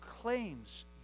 claims